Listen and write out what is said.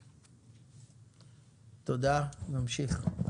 תודה, נמשיך.